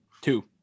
Two